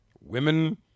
Women